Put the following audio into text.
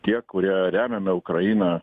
tie kurie remiame ukrainą